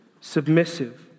submissive